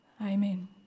Amen